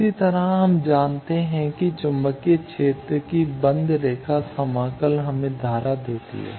इसी तरह हम जानते हैं कि चुंबकीय क्षेत्र की बंद रेखा समाकल हमें धारा देती है